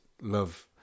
love